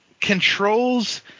controls